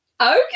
Okay